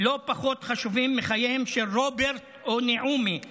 לא פחות חשובים מחייהם של רוברט או נעמי,